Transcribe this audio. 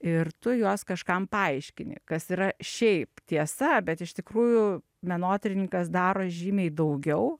ir tu juos kažkam paaiškini kas yra šiaip tiesa bet iš tikrųjų menotyrininkas daro žymiai daugiau